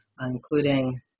including